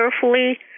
carefully